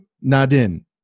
Nadin